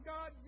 God